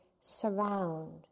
surround